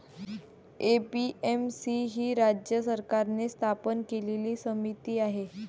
APMC ही राज्य सरकारने स्थापन केलेली समिती आहे